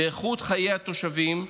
באיכות חיי התושבים,